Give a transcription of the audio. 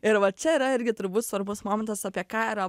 ir va čia yra irgi turbūt svarbus momentas apie ką yra